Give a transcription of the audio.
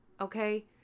Okay